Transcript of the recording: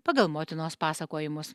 pagal motinos pasakojimus